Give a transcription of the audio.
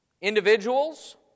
individuals